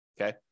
Okay